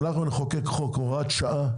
אנחנו נחוקק חוק הוראת שעה,